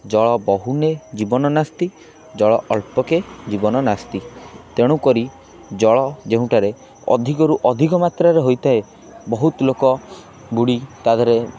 ଜଳ ବହୁନେ ଜୀବନ ନାସ୍ତି ଜଳ ଅଳ୍ପକେ ଜୀବନ ନାସ୍ତି ତେଣୁକରି ଜଳ ଯେଉଁଟାରେ ଅଧିକରୁ ଅଧିକ ମାତ୍ରାରେ ହୋଇଥାଏ ବହୁତ ଲୋକ ବୁଡ଼ି ତା ଦେହରେ